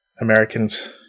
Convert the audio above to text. Americans